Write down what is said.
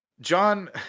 John